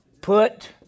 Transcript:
Put